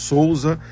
Souza